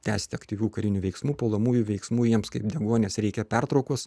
tęsti aktyvių karinių veiksmų puolamųjų veiksmų jiems kaip deguonies reikia pertraukos